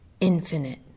infinite